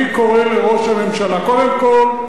אני קורא לראש הממשלה קודם כול,